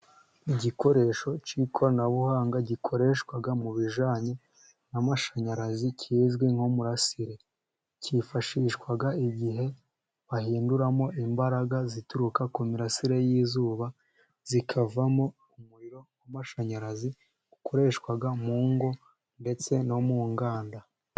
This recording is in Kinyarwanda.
Igikoresho cy'ikoranabuhanga gikoreshwa mu bijanye n'amashanyarazi kizwi nk'umurasire. Cyifashishwa igihe bahindura imbaraga zituruka ku mirasire y'izuba zikavamo umuriro w'amashanyarazi ukoreshwa mu ngo ndetse no mu nganda.